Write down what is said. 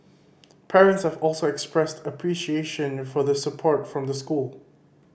parents have also expressed appreciation for the support from the school